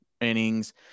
innings